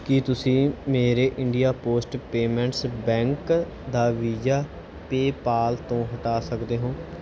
ਕੀ ਤੁਸੀਂਂ ਮੇਰੇ India post payments bank ਦਾ ਵੀਜ਼ਾ ਪੇਅਪਾਲ ਤੋਂ ਹਟਾ ਸਕਦੇ ਹੋ